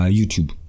YouTube